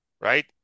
right